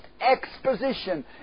exposition